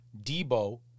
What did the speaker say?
Debo